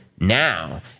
Now